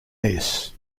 this